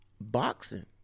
boxing